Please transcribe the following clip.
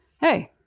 hey